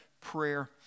prayer